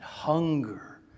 Hunger